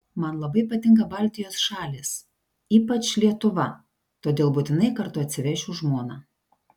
man labai patinka baltijos šalys ypač lietuva todėl būtinai kartu atsivešiu žmoną